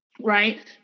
right